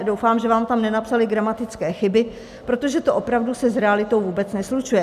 Doufám, že vám tam nenapsali gramatické chyby, protože to se opravdu s realitou vůbec neslučuje.